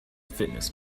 fitness